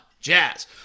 Jazz